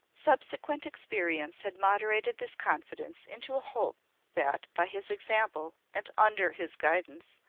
subsequent experience had moderated this confidence into a hope that, by his example, and under his guidance,